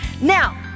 Now